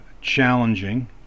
challenging